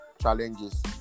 challenges